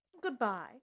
goodbye